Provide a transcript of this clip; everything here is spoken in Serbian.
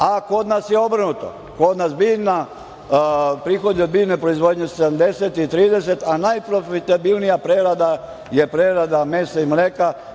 a kod nas je obrnuto. Kod nas prihodi od biljne proizvodnje su 70% i 30%, a najprofitabilnija prerada je prerada mesa i mleka